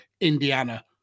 indiana